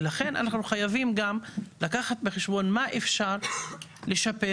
לכן אנחנו חייבים גם לקחת בחשבון מה אפשר לשפר,